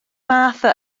martha